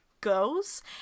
goes